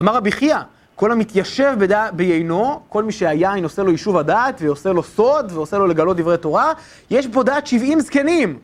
אמר רבי חייה, כל המתיישב ביינו, כל מי שהיין עושה לו יישוב הדעת ועושה לו סוד ועושה לו לגלות דברי תורה, יש פה דעת 70 זקנים.